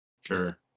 Sure